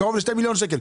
קרוב ל-2 מיליון שקלים.